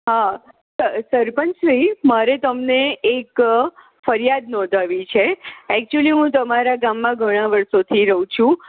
હા સર સરપંચશ્રી મારે તમને એક ફરિયાદ નોંધાવી છે એકચુંલી હું તમારા ગામમાં ઘણા વર્ષોથી રવ છું